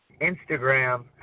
Instagram